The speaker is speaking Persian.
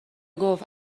گفت